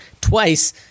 twice